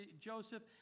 Joseph